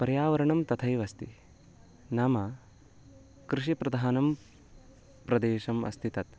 पर्यावरणं तथैव अस्ति नाम कृषिप्रधानं प्रदेशम् अस्ति तत्